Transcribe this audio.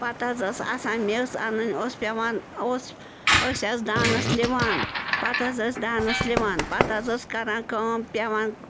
پَتہٕ حظ ٲس آسان میٚژ اَنٕنۍ اوس پٮ۪وان اوس أسۍ آسہٕ دانَس لِوان پَتہٕ حظ ٲسۍ دانس لِوان پَتہٕ حظ ٲسۍ کران کٲم پٮ۪وان